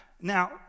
Now